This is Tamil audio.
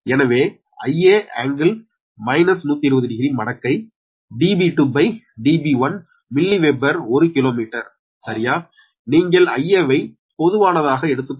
எனவே Ia ∟ 1200 மடக்கை Db2 Db1 மில்லி வெபர் ஒரு கிலோமீட்டர் சரியா நீங்கள் Ia வை பொதுவானதாக எடுத்துக்கொள்வோம்